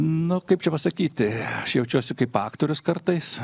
nu kaip čia pasakyti aš jaučiuosi kaip aktorius kartais